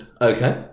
Okay